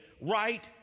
right